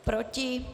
Proti?